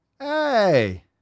Hey